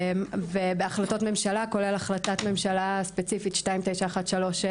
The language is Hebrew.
ובהחלטות ממשלה כולל החלטת ממשלה ספציפית 2913,